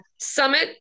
summit